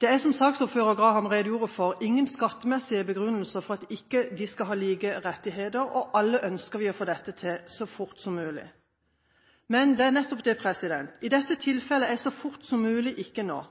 Det er, som saksordfører Graham redegjorde for, ingen skattemessige begrunnelser for at ikke de skal ha like rettigheter, og alle ønsker vi å få dette til så fort som mulig. Men det er nettopp det at i dette tilfellet er «så fort som mulig» ikke nå.